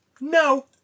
no